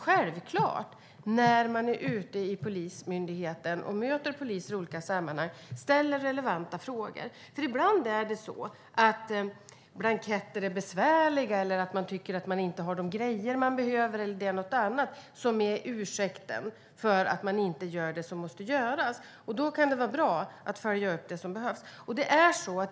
Självklart ska vi när vi är ute i Polismyndigheten och möter poliser i olika sammanhang ställa relevanta frågor. Ibland är det så att blanketter är besvärliga, att man tycker att man inte har de grejer man behöver eller att det är något annat som är ursäkten för att man inte gör det som måste göras. Då kan det vara bra att följa upp det som behövs.